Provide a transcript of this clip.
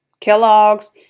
Kellogg's